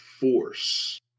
force